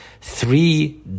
three